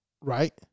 Right